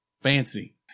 Fancy